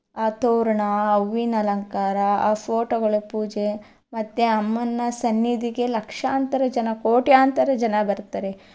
ಆ ತೋರಣ ಆ ಹೂವಿನ ಅಲಂಕಾರ ಆ ಫೋಟೊಗಳ ಪೂಜೆ ಮತ್ತೆ ಅಮ್ಮನ ಸನ್ನಿಧಿಗೆ ಲಕ್ಷಾಂತರ ಜನ ಕೋಟ್ಯಂತರ ಜನ ಬರ್ತಾರೆ